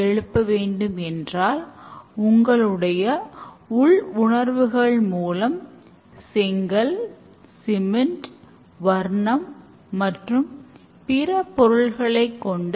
இது softwareன் தவறுகளை நீக்கி அதன் நிர்வாக செலவை குறைக்கிறது